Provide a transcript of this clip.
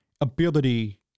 ability